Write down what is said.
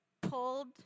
pulled